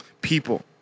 people